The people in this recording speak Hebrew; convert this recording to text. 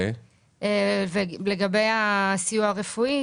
ולגבי הסיוע הרפואי,